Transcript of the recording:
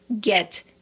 get